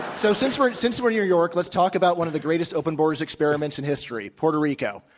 so since we're since we're in new york, let's talk about one of the greatest open borders experiments in history, puerto rico.